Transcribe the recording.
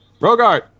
Rogart